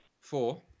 Four